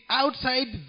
outside